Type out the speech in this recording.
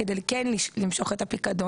כדי כן למשוך את הפיקדון,